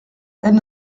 elles